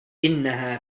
إنها